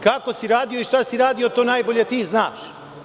Kako si radio i šta si radio, to najbolje ti znaš.